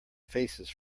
faces